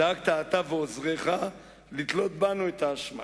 דאגתם אתה ועוזרך לתלות בנו את האשמה.